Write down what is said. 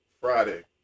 Friday